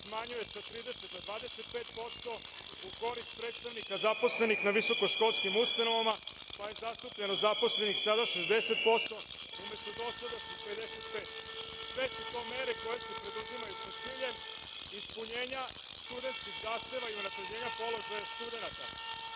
smanjuje sa 30 na 25% u korist predstavnika zaposlenih na visokoškolskim ustanovama, pa je zastupljenost zaposlenih sada 60%, umesto dosadašnjih 55%.Sve su to mere koje se preduzimaju sa ciljem ispunjenja studentskih zahteva i unapređenja položaja studenata. Kao